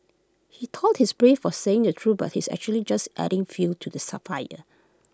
he thought he's brave for saying the truth but he's actually just adding fuel to the sir fire